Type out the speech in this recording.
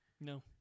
no